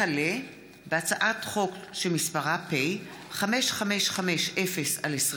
החל מהצעת חוק פ/5529/20 וכלה בהצעת חוק פ/5550/20: